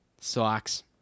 Socks